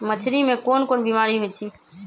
मछरी मे कोन कोन बीमारी होई छई